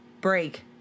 break